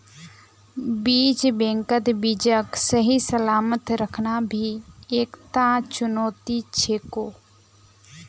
बीज बैंकत बीजक सही सलामत रखना भी एकता चुनौती छिको